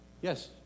Yes